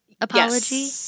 apology